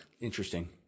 Interesting